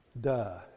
Duh